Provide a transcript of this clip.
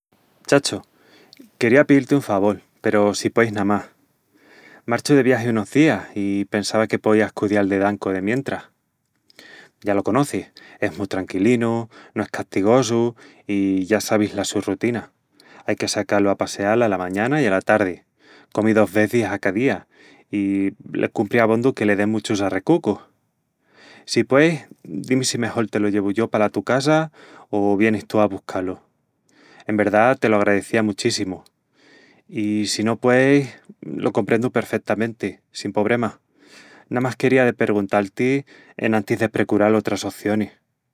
Chacho, quería piíl-ti un favol, peru si pueis namás... Marchu de viagi unus días i pensava que poías cudial de Danko demientras. Ya lo conocis, es mu tranquilinu, no es castigosu i ya sabis la su rutina. Ai que sacá-lu a passeal ala mañana i ala tardi, comi dos vezis a ca día i le cumpri abondu que le den muchus arrecucus. Si pueis, di-mi si mejol te lo llevu yo pala tu casa o vienis tú a buscá-lu En verdá, te lo agradecía muchíssimu. I si no pueis, lo comprendu perfetamenti, sin pobrema. Namás quería de perguntal-ti enantis de precural otras ocionis.”.